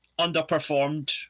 underperformed